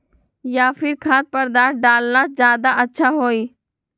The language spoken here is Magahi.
या फिर खाद्य पदार्थ डालना ज्यादा अच्छा होई?